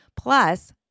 plus